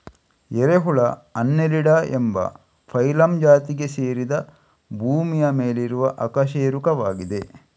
ಎರೆಹುಳು ಅನ್ನೆಲಿಡಾ ಎಂಬ ಫೈಲಮ್ ಜಾತಿಗೆ ಸೇರಿದ ಭೂಮಿಯ ಮೇಲಿರುವ ಅಕಶೇರುಕವಾಗಿದೆ